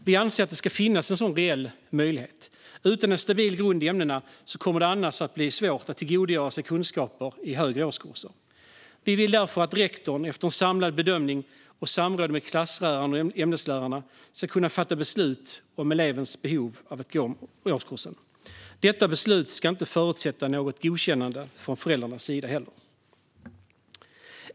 Vi anser att det ska finnas en sådan reell möjlighet. Utan en stabil grund i ämnena kommer det annars att bli svårt att tillgodogöra sig kunskaper i högre årskurser. Vi vill därför att rektor efter en samlad bedömning och samråd med klassläraren och ämneslärarna ska kunna fatta beslut om elevens behov av att gå om årskursen. Detta beslut ska inte förutsätta något godkännande från föräldrarnas sida.